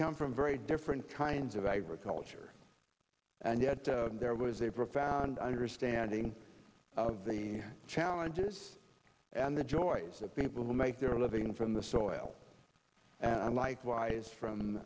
come from very different kinds of agriculture and yet there was a profound understanding of the challenges and the joys that people make their living from the soil and likewise from